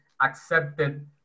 accepted